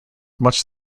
much